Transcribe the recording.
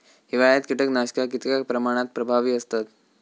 हिवाळ्यात कीटकनाशका कीतक्या प्रमाणात प्रभावी असतत?